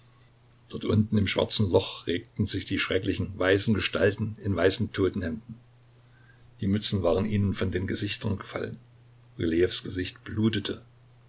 dort unten im schwarzen loch regten sich die schrecklichen weißen gestalten in weißen totenhemden die mützen waren ihnen von den gesichtern gefallen rylejews gesicht blutete